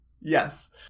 Yes